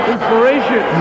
Inspiration